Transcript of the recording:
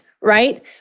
right